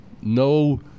no